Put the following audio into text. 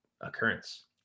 occurrence